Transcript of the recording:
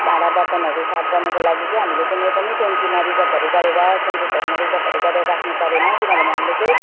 भाँडाबर्तनहरू साफ गर्नुको लागि चाहिँ हामीले कुनै पनि ट्याङ्कीमा रिजर्वहरू गरेर सिन्टेक्सहरूमा रिजर्वहरू गरेर राख्नुपरेन किनभने हाम्रो चाहिँ